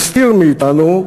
הסתיר מאתנו,